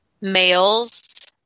males